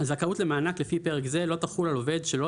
הזכאות למענק לפי פרק זה לא תחול על עובד שלו,